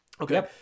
Okay